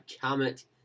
comment